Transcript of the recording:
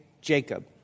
Jacob